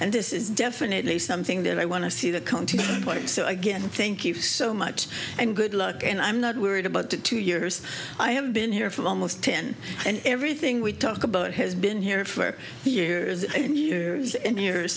and this is definitely something that i want to see that come to light so again thank you so much and good luck and i'm not worried about the two years i have been here for almost ten and everything we talk about has been here for years and years and years